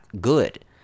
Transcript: good